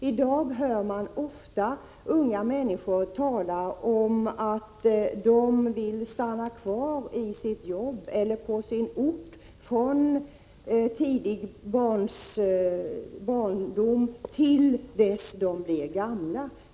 I dag hör man ofta unga människor tala om att de vill stanna kvar i sitt jobb eller på sin ort från tidig barndom till dess de blir gamla.